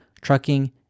trucking